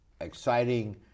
exciting